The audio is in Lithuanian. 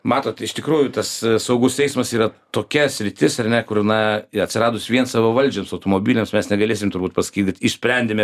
matot iš tikrųjų tas saugus eismas yra tokia sritis ar ne kur na i atsiradus vien savavaldžiams automobiliams mes negalėsim turbūt pasakyt kad išsprendėme